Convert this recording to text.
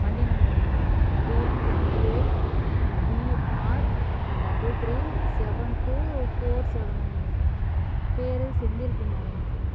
வண்டி நம்பருங்களா TN twenty eight BR double three seven two four செவனுங் பேர் செந்தில் குமாருங்க சார்